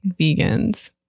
vegans